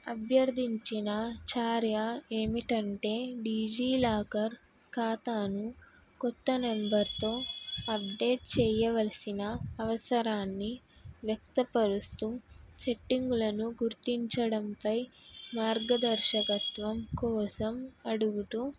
అభ్యర్థించిన చర్య ఏమిటంటే డిజీలాకర్ ఖాతాను కొత్త నెంబర్తో అప్డేట్ చెయ్యవలసిన అవసరాన్ని వ్యక్తపరుస్తూ సెట్టింగులను గుర్తించడంపై కోసం అడుగుతూ